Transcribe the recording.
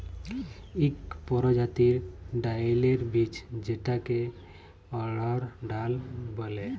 ইক পরজাতির ডাইলের বীজ যেটাকে অড়হর ডাল ব্যলে